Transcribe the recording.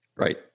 Right